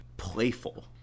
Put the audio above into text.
playful